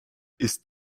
ist